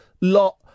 lot